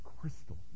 crystal